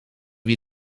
wie